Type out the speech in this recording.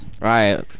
Right